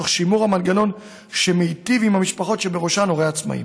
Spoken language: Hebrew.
תוך שימור המנגנון שמיטיב עם המשפחות שבראשן הורה עצמאי.